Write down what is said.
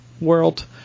world